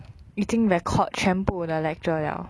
已经 record 全部的 lecture liao